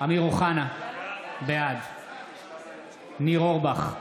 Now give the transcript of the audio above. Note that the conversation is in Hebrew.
אמיר אוחנה, בעד ניר אורבך,